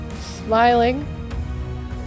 Smiling